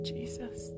Jesus